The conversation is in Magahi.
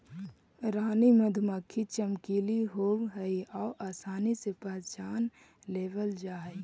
रानी मधुमक्खी चमकीली होब हई आउ आसानी से पहचान लेबल जा हई